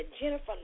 Jennifer